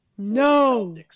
No